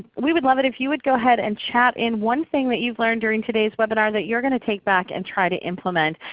we would love it if you would go ahead and chat in one thing that you've learned during today's webinar that you're going to take back and try to implement.